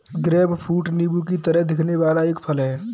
grapefruit नींबू की तरह दिखने वाला एक फल है